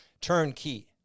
turnkey